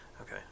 Okay